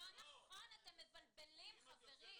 אתם מבלבלים חברים.